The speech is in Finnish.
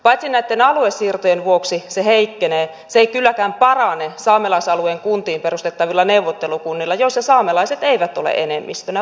paitsi että näitten aluesiirtojen vuoksi se heikkenee se ei kylläkään parane saamelaisalueen kuntiin perustettavilla neuvottelukunnilla joissa saamelaiset eivät ole enemmistönä vaan vähemmistönä